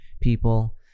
people